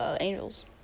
Angels